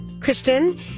Kristen